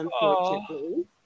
unfortunately